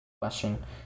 question